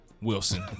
Wilson